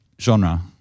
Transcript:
genre